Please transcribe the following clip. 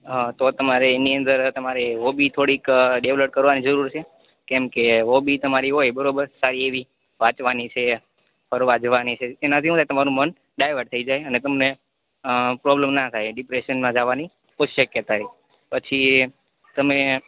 હા તો તમારે એની અંદર તમારે હોબી થોડીક ડેવલપ કરવાની જરૂર છે કેમ કે હોબી તમારી હોય બરોબર સારી એવી વાંચવાની છે ફરવા જવાની છે એનાથી હું થાય તમારું મન ડાઈવર્ટ થઈ જાય અને તમને પ્રોબ્લેમ ના થાય ડિપ્રેસનમાં જાવાની કોઈ શક્યતા નઈ પછી તમે